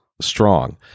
strong